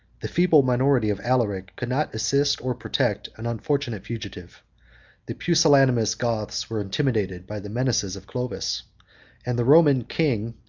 the feeble minority of alaric could not assist or protect an unfortunate fugitive the pusillanimous goths were intimidated by the menaces of clovis and the roman king,